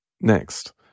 Next